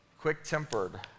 Quick-tempered